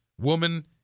woman